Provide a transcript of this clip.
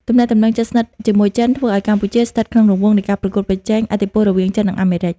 ទំនាក់ទំនងជិតស្និទ្ធជាមួយចិន ធ្វើឱ្យកម្ពុជាស្ថិតក្នុងរង្វង់នៃការប្រកួតប្រជែងឥទ្ធិពលរវាងចិន និងអាមេរិក។